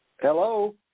Hello